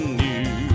new